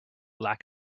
lack